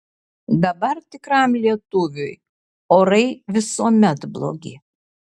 dabar tikram lietuviui orai visuomet blogi